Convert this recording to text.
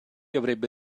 avrebbe